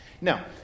Now